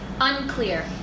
Unclear